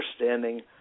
understanding